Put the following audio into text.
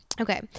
Okay